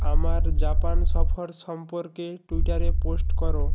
আমার জাপান সফর সম্পর্কে টুইটারে পোস্ট করো